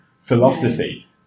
philosophy